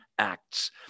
Acts